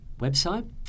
website